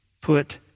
put